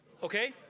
Okay